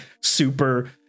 super